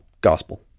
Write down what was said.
gospel